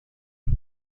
ظهر